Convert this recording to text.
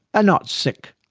ah not sick.